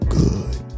good